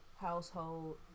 household